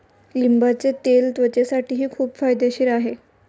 लिंबाचे तेल त्वचेसाठीही खूप फायदेशीर आहे